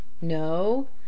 no